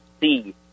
see